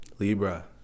Libra